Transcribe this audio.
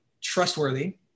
trustworthy